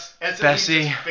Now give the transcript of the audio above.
Bessie